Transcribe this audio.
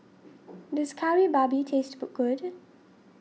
does Kari Babi taste good